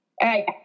Hey